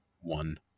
one